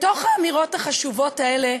בתוך האמירות החשובות האלה,